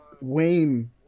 wayne